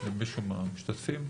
למישהו מהמשתתפים?